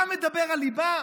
אתה מדבר על ליבה?